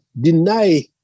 deny